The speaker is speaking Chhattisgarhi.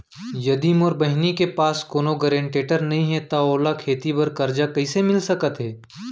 यदि मोर बहिनी के पास कोनो गरेंटेटर नई हे त ओला खेती बर कर्जा कईसे मिल सकत हे?